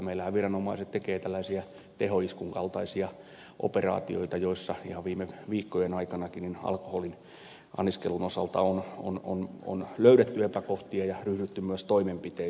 meillähän viranomaiset tekevät tällaisia tehoiskun kaltaisia operaatioita joissa ihan viime viikkojen aikanakin alkoholin anniskelun osalta on löydetty epäkohtia ja ryhdytty myös toimenpiteisiin